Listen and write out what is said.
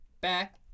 Back